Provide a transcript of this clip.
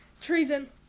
Treason